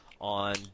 on